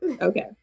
Okay